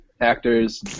actors